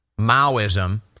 Maoism